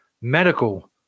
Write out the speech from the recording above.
medical